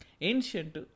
Ancient